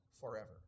forever